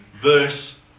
verse